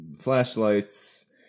flashlights